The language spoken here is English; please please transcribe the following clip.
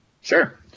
Sure